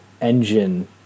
engine